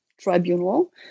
tribunal